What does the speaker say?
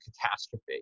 catastrophe